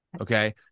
Okay